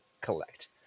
collect